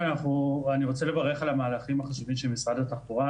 אני רוצה לברך על המהלכים החשובים של משרד התחבורה,